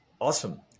Awesome